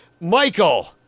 Michael